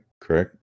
Correct